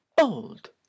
Old